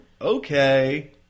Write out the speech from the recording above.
Okay